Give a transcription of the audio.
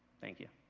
thank you.